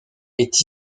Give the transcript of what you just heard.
est